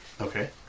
Okay